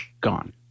gone